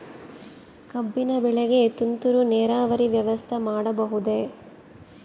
ಕಬ್ಬಿನ ಬೆಳೆಗೆ ತುಂತುರು ನೇರಾವರಿ ವ್ಯವಸ್ಥೆ ಮಾಡಬಹುದೇ?